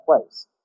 place